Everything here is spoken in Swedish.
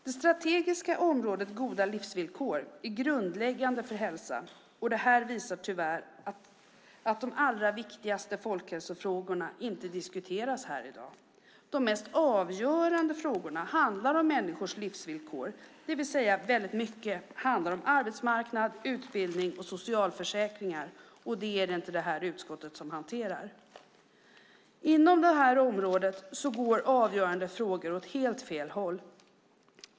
Det strategiska området Goda livsvillkor är grundläggande för hälsa, och rapporten visar tyvärr också att de allra viktigaste folkhälsofrågorna inte diskuteras i dag. De mest avgörande frågorna handlar om människors livsvillkor, det vill säga väldigt mycket handlar om arbetsmarknad, utbildning och socialförsäkringar. De frågorna hanterar inte det här utskottet. Inom det här området går avgörande frågor åt helt fel håll.